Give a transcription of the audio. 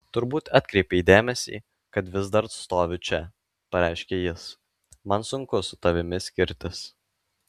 turbūt atkreipei dėmesį kad vis dar stoviu čia pareiškia jis man sunku su tavimi skirtis